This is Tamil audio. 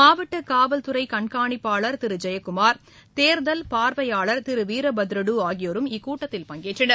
மாவட்ட காவல்துறை கண்கானிப்பாளர் திரு ஜெயக்குமார் தேர்தல் பார்வையாளர் திரு வீரபத்ருடு ஆகியோரும் இக்கூட்டத்தில் பங்கேற்றனர்